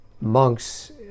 monks